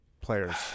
players